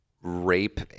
rape